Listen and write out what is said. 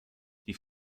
die